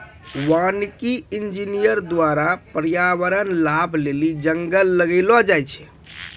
वानिकी इंजीनियर द्वारा प्रर्यावरण लाभ लेली जंगल लगैलो जाय छै